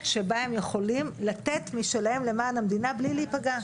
שבה הם יכולים לתת משלהם למען המדינה בלי להיפגע.